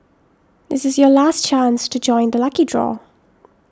this is your last chance to join the lucky draw